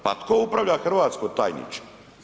Pa tko upravlja Hrvatskom tajniče?